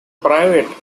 private